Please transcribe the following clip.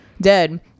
dead